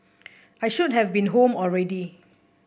I should have been home already